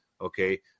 Okay